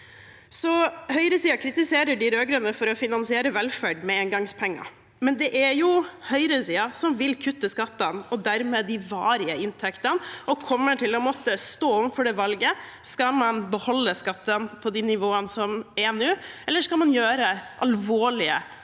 Høyresiden kritiserer de rød-grønne for å finansiere velferd med engangspenger, men det er jo høyresiden som vil kutte skattene, og dermed de varige inntektene, og som kommer til å måtte stå overfor valget om man skal beholde skattene på det nivået de er nå, eller om man skal gjøre alvorlige velferdskutt